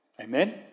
Amen